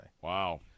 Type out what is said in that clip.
Wow